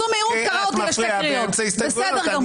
אני קורא אותך לסדר פעם שנייה.